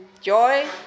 joy